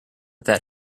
that